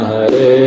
Hare